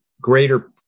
greater